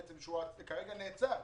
שבעצם כרגע נעצר,